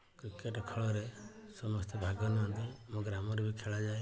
cricket ଖେଳରେ ସମସ୍ତେ ଭାଗ ନିଅନ୍ତି ଆମ ଗ୍ରାମରେ ବି ଖେଳାଯାଏ